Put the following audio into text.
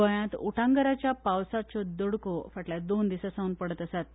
गोंयांत उटंगराच्या पावसाच्यो दडको फाटल्या दोन दिसा सावन पडत आसात